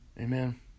amen